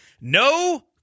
No